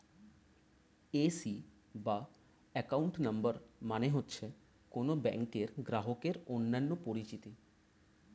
AC C account number মানে হচ্ছে কোন ব্যাংকের গ্রাহকের অন্যান্য পরিচিতি